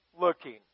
looking